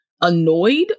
annoyed